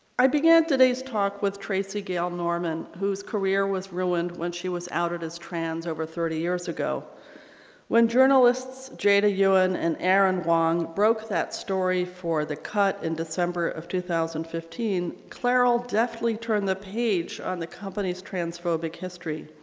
i began today's talk with tracey gayle norman whose career was ruined when she was outed as trans over thirty years ago when journalists jada yuen and aaron wong broke that story for the cut in december of two thousand and fifteen clairol deftly turned the page on the company's transphobic history.